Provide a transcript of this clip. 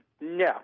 no